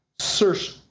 search